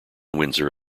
windsor